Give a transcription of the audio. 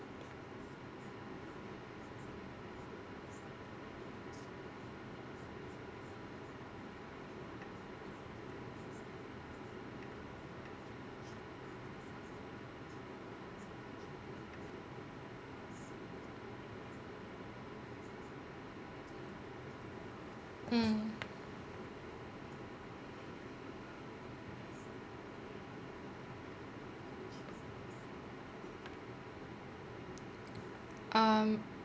mm um